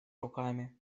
руками